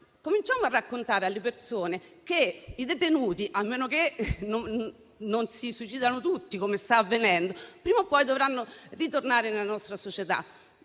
cominciamo a raccontare alle persone che i detenuti, a meno che non si suicidino tutti, come sta avvenendo, prima o poi dovranno ritornare nella nostra società